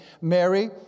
Mary